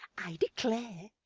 i declare,